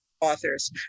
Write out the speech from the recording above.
authors